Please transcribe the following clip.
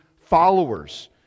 followers